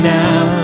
now